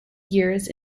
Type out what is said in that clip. years